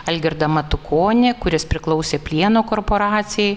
algirdą matukonį kuris priklausė plieno korporacijai